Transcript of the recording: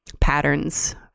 patterns